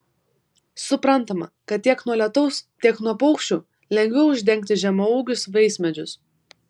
suprantama kad tiek nuo lietaus tiek nuo paukščių lengviau uždengti žemaūgius vaismedžius